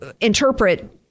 interpret